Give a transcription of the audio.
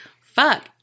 fuck